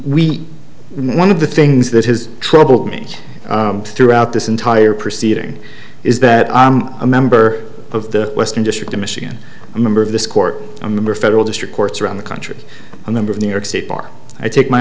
we one of the things that has troubled me throughout this entire proceeding is that a member of the western district of michigan a member of this court a member federal district courts around the country a member of new york state bar i take my